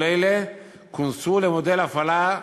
כל אלה כונסו למודל הפעלה,